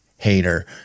Hater